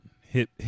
hit